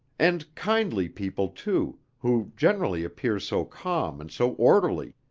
and kindly people, too, who generally appear so calm and so orderly!